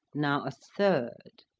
now a third.